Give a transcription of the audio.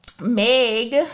meg